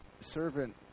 servant